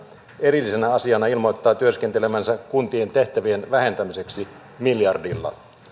erillisenä asiana ilmoittaa työskentelevänsä kuntien tehtävien vähentämiseksi miljardilla